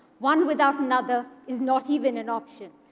one without another is not even an option.